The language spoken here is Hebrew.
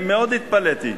מאוד התפלאתי,